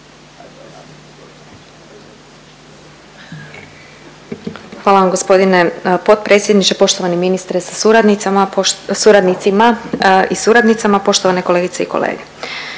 Hvala vam gospodine potpredsjedniče. Poštovani ministre sa suradnicama, suradnicima i suradnicama, poštovane kolegice i kolege.